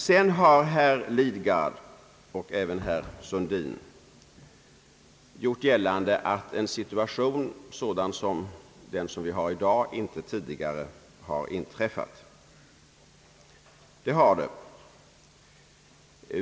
Sedan har herr Lidgard och herr Sundin gjort gällande att vi inte tidigare har befunnit oss i en sådan situation som i dag. Det har vi.